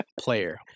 player